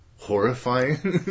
horrifying